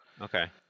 Okay